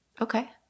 Okay